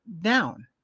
down